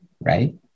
Right